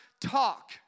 talk